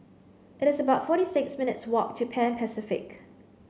it is about forty six minutes' walk to Pan Pacific